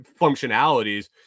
functionalities